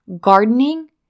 gardening